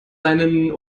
einen